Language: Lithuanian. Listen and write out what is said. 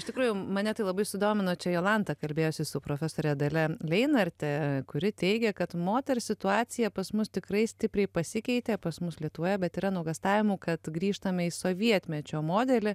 iš tikrųjų mane tai labai sudomino čia jolanta kalbėjosi su profesore dalia leinarte kuri teigia kad moters situacija pas mus tikrai stipriai pasikeitė pas mus lietuvoje bet ir yra nuogąstavimų kad grįžtame į sovietmečio modelį